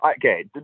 okay